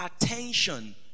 attention